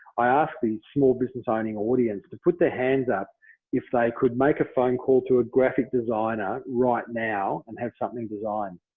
i asked these small business owning audience to put their hands up if they could make a phone call to a graphic designer right now and have something design.